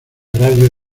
radio